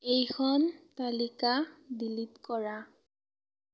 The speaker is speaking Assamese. এইখন তালিকা ডিলিট কৰা